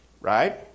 Right